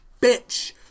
bitch